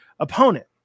opponent